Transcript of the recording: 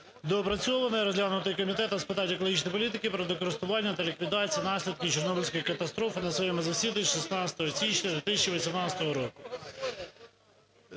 доопрацьований, розглянутий Комітетом з питань екологічної політики, природокористуванням та ліквідації наслідків Чорнобильської катастрофи на своєму засіданні 16 січня 2018 року.